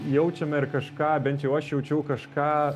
jaučiame ir kažką bent jau aš jaučiau kažką